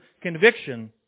conviction